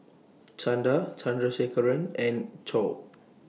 Chanda Chandrasekaran and Choor